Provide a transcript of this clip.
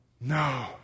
No